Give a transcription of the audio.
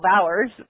hours